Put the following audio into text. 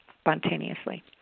spontaneously